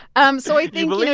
um so i think,